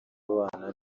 abana